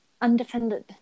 undefended